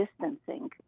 distancing